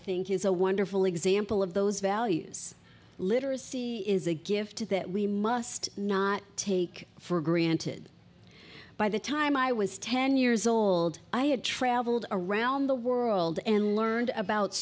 think is a wonderful example of those values literacy is a gift that we must not take for granted by the time i was ten years old i had travelled around the world and learned about